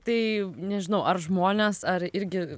tai nežinau ar žmonės ar irgi